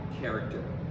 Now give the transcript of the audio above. character